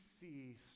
see